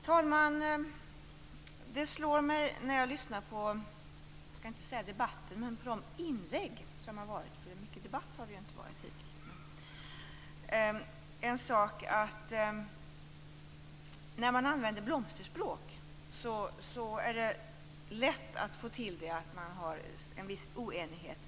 Herr talman! Det har slagit mig när jag har lyssnat på inläggen - så mycket debatt har det inte varit hittills - att när man använder blomsterspråk är det lätt att anse att det råder en viss oenighet.